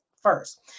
first